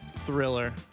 thriller